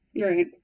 right